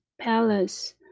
Palace